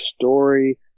story